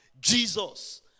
Jesus